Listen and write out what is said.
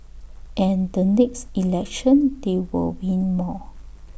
and the next election they will win more